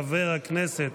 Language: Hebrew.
חבר הכנסת